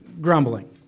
grumbling